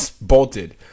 bolted